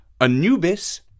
Anubis